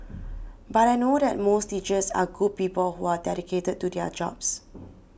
but I know that most teachers are good people who are dedicated to their jobs